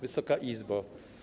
Wysoka Izbo!